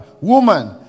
Woman